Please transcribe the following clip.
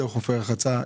אילו חופי רחצה?